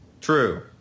True